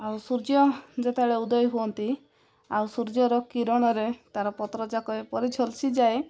ଆଉ ସୂର୍ଯ୍ୟ ଯେତେବେଳେ ଉଦୟ ହୁଅନ୍ତି ଆଉ ସୂର୍ଯ୍ୟର କିରଣରେ ତା'ର ପତ୍ର ଯାକ ଏପରି ଝଲସିି ଯାଏ